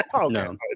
no